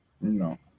No